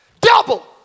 double